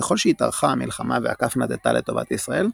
ככל שהתארכה המלחמה והכף נטתה לטובת ישראל,